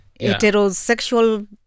heterosexual